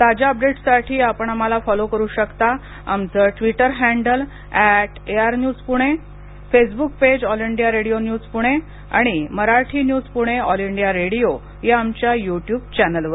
ताज्या अपडेट्ससाठी आपण आम्हाला फॉलो करु शकता आमचं Twitter handle at AIR news Pune Facebook page All India Radio news Pune आणि Marathi news Pune All India Radio या आमच्या युट्युब चॅनेलवर